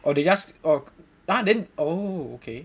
or they just oh !huh! then oh okay